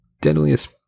deadliest